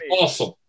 awesome